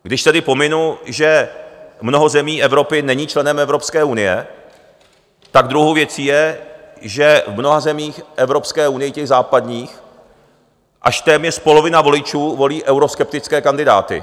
Když tedy pominu, že mnoho zemí Evropy není členem Evropské unie, tak druhou věcí je, že v mnoha zemích Evropské unie, těch západních, až téměř polovina voličů volí euroskeptické kandidáty.